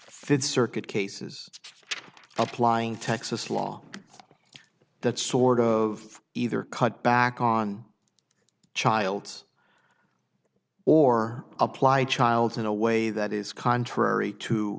fifth circuit cases applying texas law that sort of either cut back on child's or apply child in a way that is contrary to